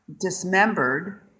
dismembered